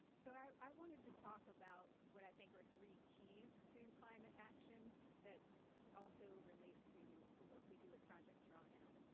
so i wanted to talk about what i think are three keys to climate action that also relate to the work we do at project drawdown.